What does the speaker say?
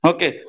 Okay